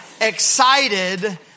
Excited